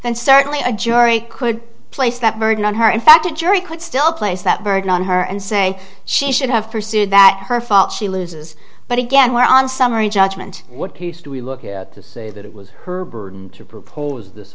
and certainly a jury could place that burden on her in fact a jury could still place that burden on her and say she should have pursued that her fault she loses but again where on summary judgment what do we look at to say that it was her burden to propose this